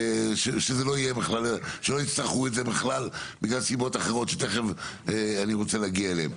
שזה לא יצטרכו את זה בכלל בגלל סיבות אחרות שתיכף אני רוצה להגיע אליהן.